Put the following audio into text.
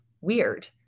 weird